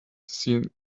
seen